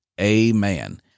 Amen